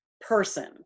person